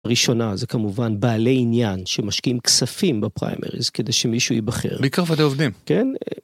ראשונה זה כמובן בעלי עניין שמשקיעים כספים בפריימריז כדי שמישהו ייבחר. בעיקר ועדי עובדים. כן.